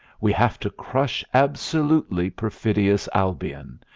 we have to. crush absolutely perfidious albion.